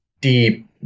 deep